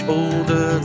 older